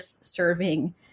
serving